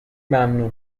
ممنوع